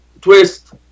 twist